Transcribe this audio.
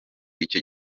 icyo